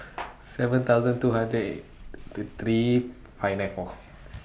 seven thousand two hundred and two three five nine four